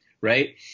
right